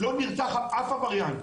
לא נרצח אף עבריין.